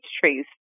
trees